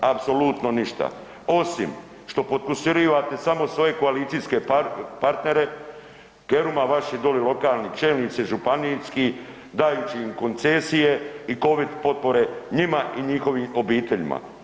Apsolutno ništa osim što potkusurivate samo svoje koalicijske partnere, Keruma, vaši dole lokalni čelnici, županijski, dajući im koncesije i Covid potpore njima i njihovim obiteljima.